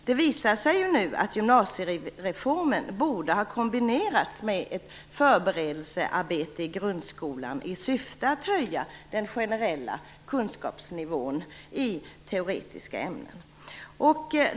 Det visar sig nu att gymnasiereformen borde ha kombinerats med ett förberedelsearbete i grundskolan, i syfte att höja den generella kunskapsnivån i teoretiska ämnen.